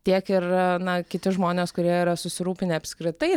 tiek ir kiti žmonės kurie yra susirūpinę apskritai